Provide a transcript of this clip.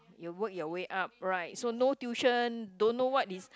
you work your way up right so no tuition don't know what is